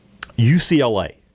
UCLA